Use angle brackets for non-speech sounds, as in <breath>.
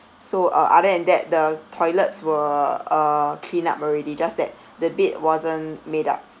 so uh other than that the toilets were uh cleaned up already just that <breath> the bed wasn't made up